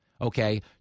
okay